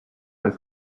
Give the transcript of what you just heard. his